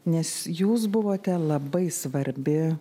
nes jūs buvote labai svarbi